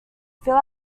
fill